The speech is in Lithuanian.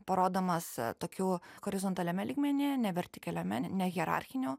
parodomas tokiu horizontaliame lygmenyje ne vertikaliame ne hierarchinio